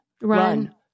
run